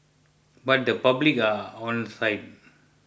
but the public are onside